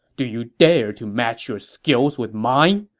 do you dare to match your skills with mine!